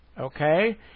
okay